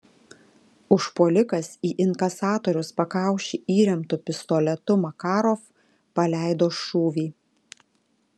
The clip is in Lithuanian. užpuolikas į inkasatoriaus pakaušį įremtu pistoletu makarov paleido šūvį